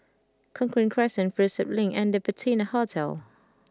Cochrane Crescent Prinsep Link and The Patina Hotel